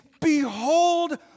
behold